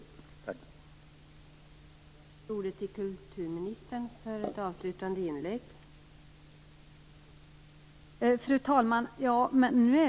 Tack!